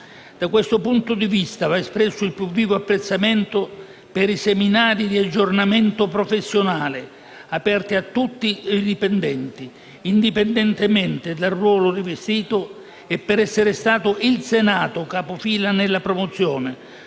Da questo punto di vista, va espresso il più vivo apprezzamento per i seminari di aggiornamento professionale aperti a tutti i dipendenti, indipendentemente dal ruolo rivestito, e per essere stato il Senato capofila nella promozione,